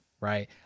right